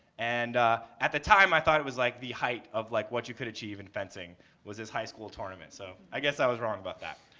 and at the time i thought it was like the height of like what you could achieve in fencing was this high school tournament. so i guess i was wrong about that.